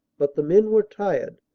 but the men were tired,